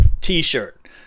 T-shirt